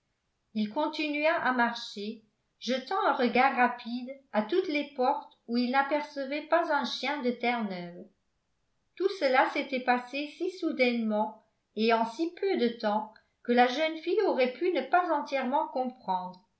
il continua à marcher jetant un regard rapide à toutes les portes où il n'apercevait pas un chien de terre-neuve tout cela s'était passé si soudainement et en si peu de temps que la jeune fille aurait pu ne pas entièrement comprendre